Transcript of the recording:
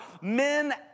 men